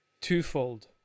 twofold